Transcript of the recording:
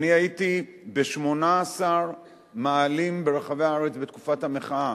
אני הייתי ב-18 מאהלים ברחבי הארץ בתקופת המחאה,